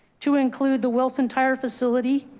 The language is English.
to include the wilson tire facility.